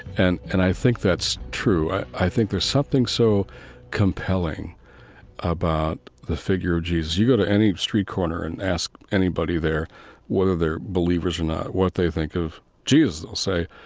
and and i think that's true. i i think there's something so compelling about the figure of jesus. you go to any street corner and ask anybody there whether they're believers or not what they think of jesus. they'll say,